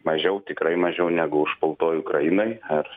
mažiau tikrai mažiau negu užpultoj ukrainoj ar